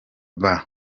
bamuteye